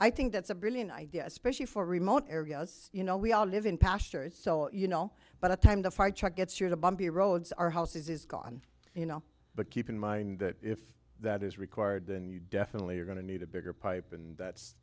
i think that's a brilliant idea especially for remote areas you know we all live in pastures so you know but a time to fight chuck gets you in a bumpy roads our house is gone you know but keep in mind that if that is required then you definitely are going to need a bigger pipe and that's